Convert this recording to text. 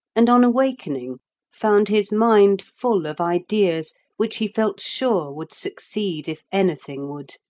and on awakening found his mind full of ideas which he felt sure would succeed if anything would.